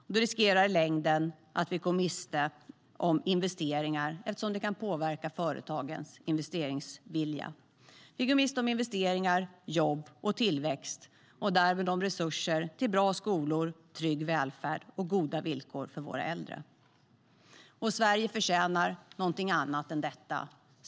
Vi riskerar i längden att gå miste om investeringar eftersom det kan påverka företagens investeringsvilja. Vi går miste om investeringar, jobb och tillväxt och därmed resurser till bra skolor, trygg välfärd och goda villkor för våra äldre. Sverige förtjänar något annat än detta.